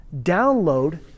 Download